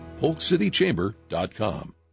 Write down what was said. polkcitychamber.com